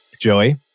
Joey